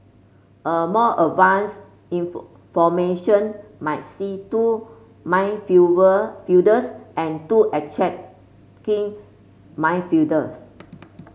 a more advanced formation might see two my and two attacking midfielders